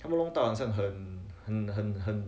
他们弄到很像很很很很